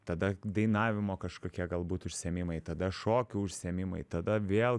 tada dainavimo kažkokie galbūt užsiėmimai tada šokių užsiėmimai tada vėl